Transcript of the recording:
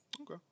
Okay